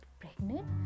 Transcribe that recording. pregnant